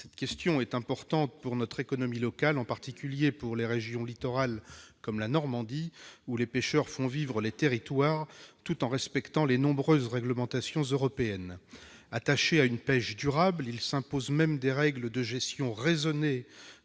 Cette question est importante pour notre économie locale, en particulier pour les régions littorales comme la Normandie, où les pêcheurs font vivre les territoires tout en respectant les nombreuses réglementations européennes. Attachés à une pêche durable, les pêcheurs s'imposent même des règles de gestion raisonnée,